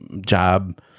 job